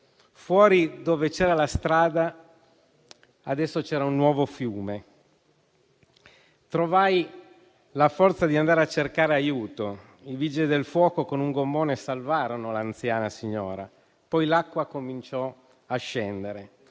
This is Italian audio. Fuori, dove prima c'era la strada, c'era un nuovo fiume. Trovai la forza di andare a cercare aiuto e i Vigili del fuoco con un gommone salvarono l'anziana signora. Poi l'acqua cominciò a scendere.